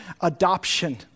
adoption